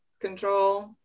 control